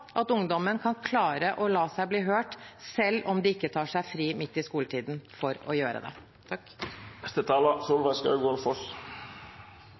at ungdommen kan klare å bli hørt selv om de ikke tar fri midt i skoletiden for å gjøre det.